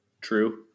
true